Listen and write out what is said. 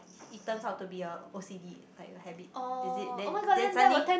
it turns out to be a O_C_D like a habit is it then then suddenly